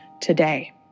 today